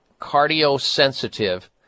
cardio-sensitive